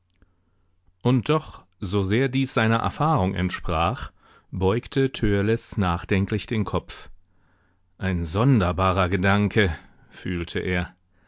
und doch so sehr dies seiner erfahrung entsprach beugte törleß nachdenklich den kopf ein sonderbarer gedanke fühlte er